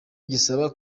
gisaba